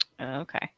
Okay